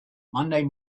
monday